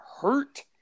hurt